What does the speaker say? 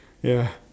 ya